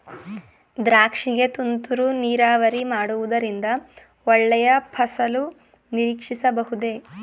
ದ್ರಾಕ್ಷಿ ಗೆ ತುಂತುರು ನೀರಾವರಿ ಮಾಡುವುದರಿಂದ ಒಳ್ಳೆಯ ಫಸಲು ನಿರೀಕ್ಷಿಸಬಹುದೇ?